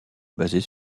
basés